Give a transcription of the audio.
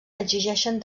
exigeixen